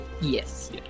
Yes